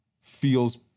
feels